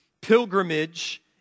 pilgrimage